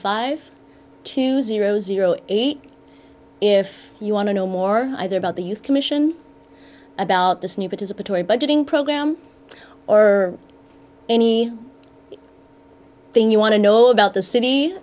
five two zero zero eight if you want to know more about the use commission about this new participatory budgeting program or any thing you want to know about the city